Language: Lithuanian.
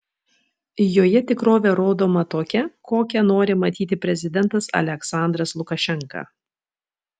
joje tikrovė rodoma tokia kokią nori matyti prezidentas aliaksandras lukašenka